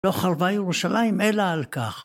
לא חלבה ירושלים, אלא על כך.